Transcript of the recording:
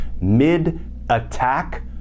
mid-attack